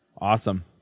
Awesome